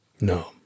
No